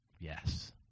yes